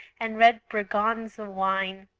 and red breganze-wine,